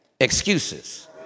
excuses